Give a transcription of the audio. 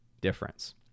difference